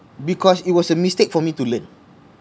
because it was a mistake for me to learn